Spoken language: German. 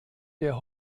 der